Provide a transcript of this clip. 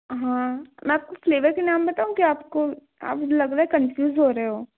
हाँ मैं आपको फ्लेवर के नाम बताऊँ क्या आपको आप लग रहा है कन्फ्युज़ हो रहे हो